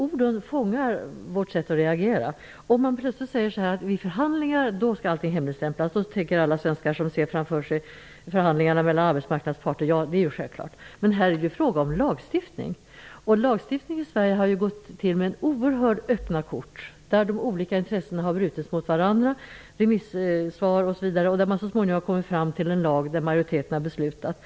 Orden fångar vårt sätt att reagera. Om man säger att vid förhandlingar skall allting hemligstämplas tycker alla svenskar, som framför sig ser förhandlingarna mellan arbetsmarknadens parter, att det är självklart. Men här är det ju fråga om lagstiftning. Och vid lagstiftning har vi hittills i Sverige spelat med öppna kort. De olika intressena har brutits mot varandra, förslag har skickats ut på remiss, osv. och på så vis har man så småningom kommit fram till en lag som majoriteten har fattat beslut om.